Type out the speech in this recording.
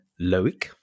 Loic